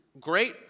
great